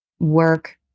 work